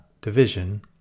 Division